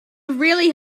really